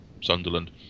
Sunderland